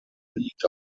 liegt